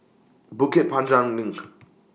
Bukit Panjang LINK